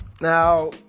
Now